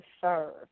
serve